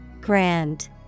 Grand